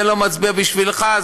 זה לא מצביע בשבילך,